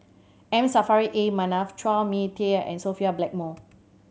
M Saffri A Manaf Chua Mia Tee and Sophia Blackmore